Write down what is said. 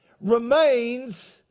remains